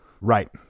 right